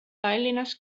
tallinnas